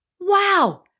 Wow